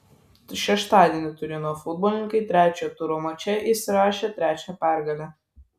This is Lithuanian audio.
šeštadienį turino futbolininkai trečio turo mače įsirašė trečią pergalę